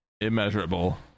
immeasurable